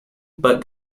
but